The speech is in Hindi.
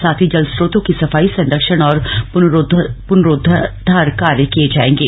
साथ ही जल च्रोतों की सफाई संरक्षण और पुनरोद्वार कार्य किये जाएंगे